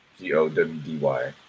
G-O-W-D-Y